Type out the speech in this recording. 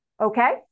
Okay